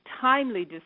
timely